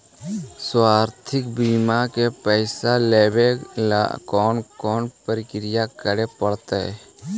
स्वास्थी बिमा के पैसा लेबे ल कोन कोन परकिया करे पड़तै?